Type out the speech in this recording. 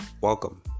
Welcome